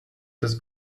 des